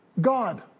God